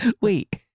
Wait